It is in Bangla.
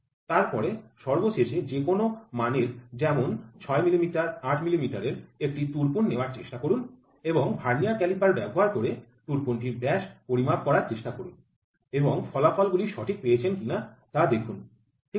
তারপরে সর্বশেষে যেকোনো মানের যেমন ৬ মিলিমিটার ৮ মিলিমিটার এর একটি তুরপুন নেওয়ার চেষ্টা করুন এবং ভার্নিয়ার ক্যালিপার ব্যবহার করে তুরপুনটির ব্যাস পরিমাপ করার চেষ্টা করুন এবং ফলাফলগুলি সঠিক পেয়েছেন কিনা তা দেখুন ঠিক আছে